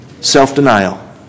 Self-denial